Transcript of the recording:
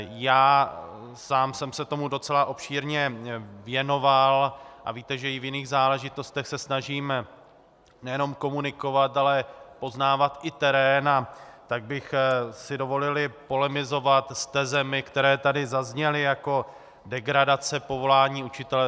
Já sám jsem se tomu docela obšírně věnoval a víte, že i v jiných záležitostech se snažíme nejenom komunikovat, ale poznávat i terén, a tak bych si i dovolil polemizovat s tezemi, které tady zazněly, jako degradace povolání učitele.